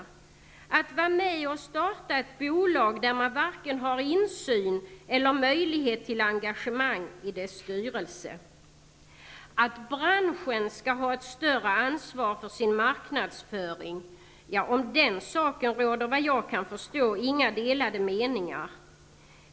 Det innebär att man skall vara med om att starta ett bolag där man varken har insyn eller möjlighet till engagemang i styrelsen. Att branschen skall ha ett större ansvar för sin marknadsföring råder det såvitt jag kan förstå inga delade meningar om.